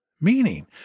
meaning